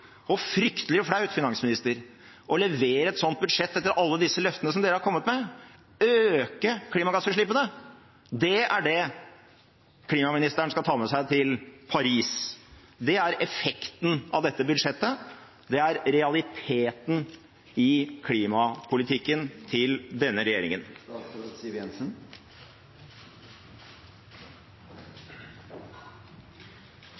og for finansministeren å levere et sånt budsjett etter alle disse løftene som de har kommet med. Å øke klimagassutslippene – det er det klimaministeren skal ta med seg til Paris. Det er effekten av dette budsjettet, det er realiteten i klimapolitikken til denne regjeringen.